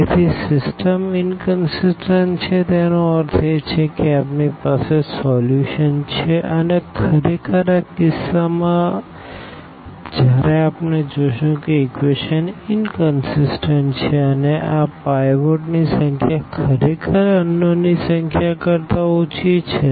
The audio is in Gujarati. તેથી સિસ્ટમ ઇનકનસીસટન્ટ છે તેનો અર્થ છે કે આપણી પાસે સોલ્યુશન છે અને ખરેખર આ કિસ્સામાં જ્યારે આપણે જોશું કે ઇક્વેશન ઇનકનસીસટન્ટછે અને આ પાઈવોટ ની સંખ્યા ખરેખર અનનોન ની સંખ્યા કરતા ઓછી છે